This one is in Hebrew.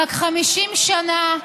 רק 50 שנה,